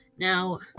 Now